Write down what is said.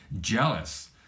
jealous